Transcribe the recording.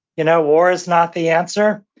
you know war is not the answer,